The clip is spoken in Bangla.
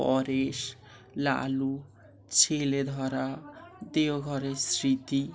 পরেশ লালু ছেলে ধরা দেওঘরের স্মৃতি